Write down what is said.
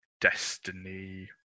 destiny